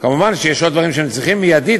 מובן שיש עוד דברים שהם צריכים מיידית,